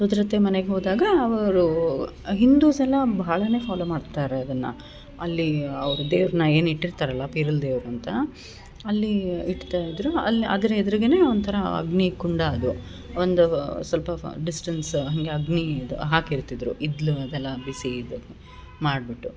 ಸೋದರತ್ತೆ ಮನೆಗೆ ಹೋದಾಗ ಅವರು ಹಿಂದೂಸ್ ಎಲ್ಲ ಭಾಳನೇ ಫಾಲೋ ಮಾಡ್ತಾರೆ ಅದನ್ನು ಅಲ್ಲಿ ಅವ್ರು ದೆವ್ರನ್ನ ಏನು ಇಟ್ಟಿರ್ತಾರಲ್ಲ ಪಿರ್ಲ್ ದೇವರು ಅಂತ ಅಲ್ಲೀ ಇಡ್ತಾ ಇದ್ರು ಅಲ್ಲೇ ಅದರ ಎದ್ರುಗೆ ಒಂಥರ ಅಗ್ನಿ ಕುಂಡ ಅದು ಒಂದು ಸ್ವಲ್ಪ ಫ ಡಿಸ್ಟೆನ್ಸ್ ಹಂಗೆ ಅಗ್ನಿ ಇದು ಹಾಕಿರ್ತಿದ್ರು ಇದು ಅದೆಲ್ಲ ಬಿಸಿ ಇದು ಮಾಡಿಬಿಟ್ಟು